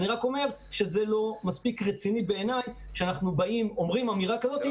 אני רק אומר שזה לא מספיק רציני בעיניי כשאנחנו אומרים אמירה כזאת,